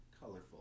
colorful